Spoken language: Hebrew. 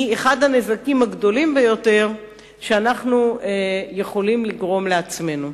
היא אחד הנזקים הגדולים ביותר שאנחנו יכולים לגרום לעצמנו.